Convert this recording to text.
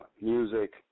music